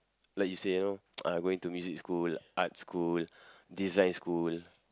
like you say you know uh going to music school arts school design school